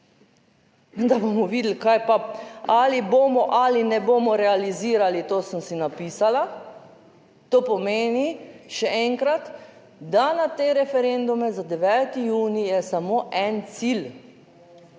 "Da bomo videli, kaj pa ali bomo ali ne bomo realizirali!" to sem si napisala. To pomeni, še enkrat, da na te referendume za 9. junij je samo en cilj.